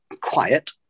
quiet